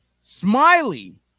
Smiley